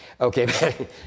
Okay